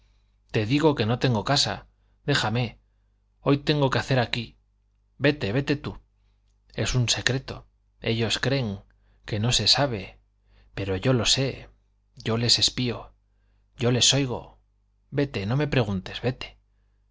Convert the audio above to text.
te digo que no tengo casa déjame hoy tengo que hacer aquí vete vete tú es un secreto ellos creen que no se sabe pero yo lo sé yo les espío yo les oigo vete no me preguntes vete